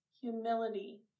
humility